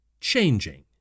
changing